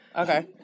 okay